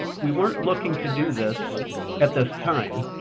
we weren't looking to do this at this time.